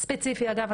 ספציפי אגב,